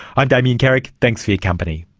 i'm damien carrick, thanks for your company